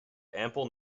ample